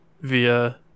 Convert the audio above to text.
via